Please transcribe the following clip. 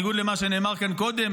בניגוד למה שנאמר כאן קודם.